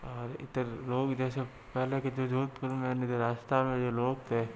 और इतर लोग इधर से पहले के जो जोधपुर में पहले जो राजस्थान में जो लोग थे